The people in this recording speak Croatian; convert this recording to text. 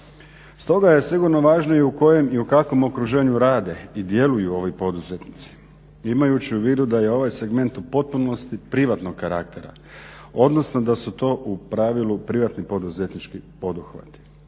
Stoga je sigurno važno i u kojem i u kakvom okruženju rade i djeluju ovi poduzetnici imajući u vidu da je ovaj segment u potpunosti privatnog karaktera, odnosno da su to u pravilu privatni poduzetnički poduhvati.